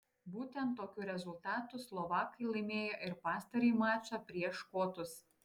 būtent tokiu rezultatu slovakai laimėjo ir pastarąjį mačą prieš škotus